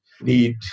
need